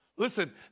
Listen